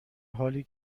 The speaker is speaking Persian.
حالی